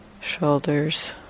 shoulders